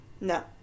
No